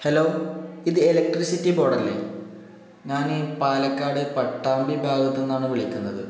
hello ഇത് electricity board അല്ലേ ഞാൻ ഈ പാലക്കാട് പട്ടാമ്പി ഭാഗത്ത് നിന്നാണ് വിളിക്കുന്നത്